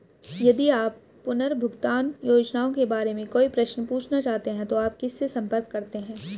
यदि आप पुनर्भुगतान योजनाओं के बारे में कोई प्रश्न पूछना चाहते हैं तो आप किससे संपर्क करते हैं?